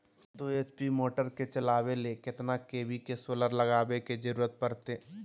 दो एच.पी के मोटर चलावे ले कितना के.वी के सोलर लगावे के जरूरत पड़ते?